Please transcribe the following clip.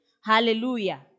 Hallelujah